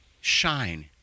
shine